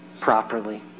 properly